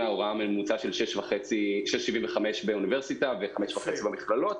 ההוראה הממוצע שהוא 75 באוניברסיטה ו-5.5 במכללות.